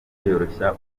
yoroshya